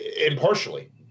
impartially